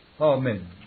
Amen